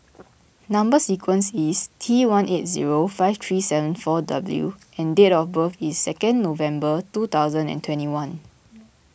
Number Sequence is T one eight zero five three seven four W and date of birth is second November two thousand and twenty one